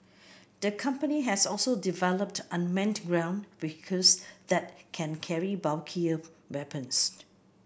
the company has also developed unmanned well vehicles that can carry bulkier weapons